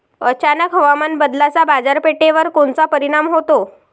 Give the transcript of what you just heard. अचानक हवामान बदलाचा बाजारपेठेवर कोनचा परिणाम होतो?